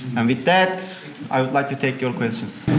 and with that i would like to take your questions.